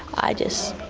i just.